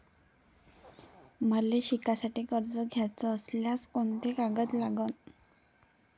मले शिकासाठी कर्ज घ्याचं असल्यास कोंते कागद लागन?